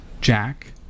Jack